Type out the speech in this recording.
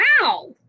Wow